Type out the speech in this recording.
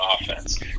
offense